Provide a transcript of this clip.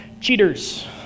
cheaters